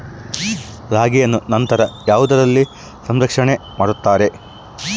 ರಾಗಿಯನ್ನು ನಂತರ ಯಾವುದರಲ್ಲಿ ಸಂರಕ್ಷಣೆ ಮಾಡುತ್ತಾರೆ?